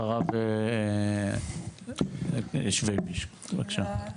אחריו קונסטנטין שוויביש, בבקשה.